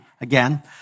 Again